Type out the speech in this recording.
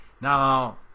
Now